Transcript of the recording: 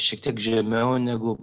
šiek tiek žemiau negu